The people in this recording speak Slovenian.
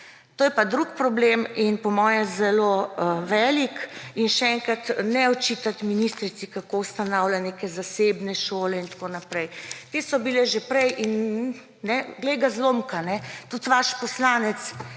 To je pa drug problem in po moje zelo velik. In še enkrat, ne očitati ministrici, kako ustanavlja neke zasebne šole in tako naprej. Te so bile že prej. Glej ga zlomka, tudi vaš poslanec